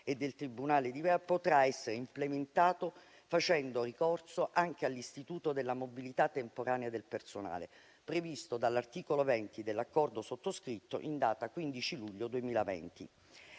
e del tribunale di Ivrea potrà essere implementato facendo ricorso anche all'istituto della mobilità temporanea del personale, previsto dall'articolo 20 dell'accordo sottoscritto in data 15 luglio 2020.